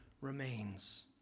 remains